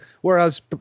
Whereas